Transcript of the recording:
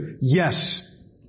Yes